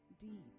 deep